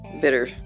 bitter